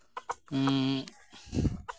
ᱦᱮᱸ